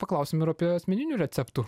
paklausim ir apie asmeninių receptų